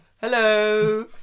hello